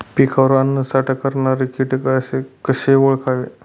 पिकावर अन्नसाठा करणारे किटक कसे ओळखावे?